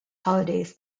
holidays